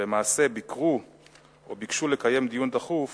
שלמעשה ביקרו או ביקשו לקיים דיון דחוף